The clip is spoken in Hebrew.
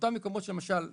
באותם מקומות, למשל בתרופות,